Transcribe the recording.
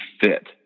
fit